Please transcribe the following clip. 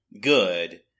good